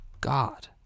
God